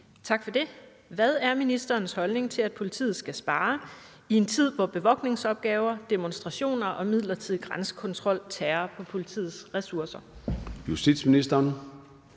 (SF): Hvad er ministerens holdning til, at politiet skal spare i en tid, hvor bevogtningsopgaver, demonstrationer og midlertidig grænsekontrol tærer på politiets ressourcer? Skriftlig